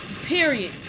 Period